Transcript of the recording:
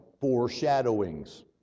foreshadowings